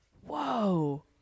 Whoa